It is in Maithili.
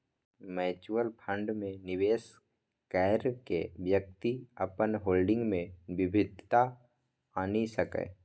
म्यूचुअल फंड मे निवेश कैर के व्यक्ति अपन होल्डिंग मे विविधता आनि सकैए